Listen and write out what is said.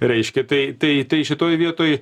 reiškia tai tai tai šitoj vietoj